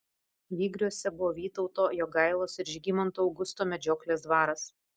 vygriuose buvo vytauto jogailos ir žygimanto augusto medžioklės dvaras